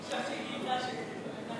עכשיו שהיא גילתה, לא,